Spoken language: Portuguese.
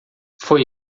foi